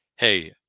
hey